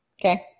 Okay